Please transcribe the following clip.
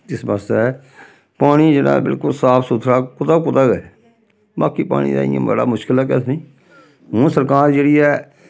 जिस बास्तै पानी जेह्ड़ा ऐ बिल्कुल साफ सुथरा कुतै कुतै गै बाकी पानी दा इ'यां बड़ा मुश्कल ऐ केह् आखदे नी हून सरकार जेह्ड़ी ऐ